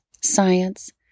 science